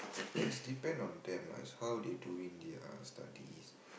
it's depend on them lah it's how they doing their studies